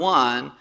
one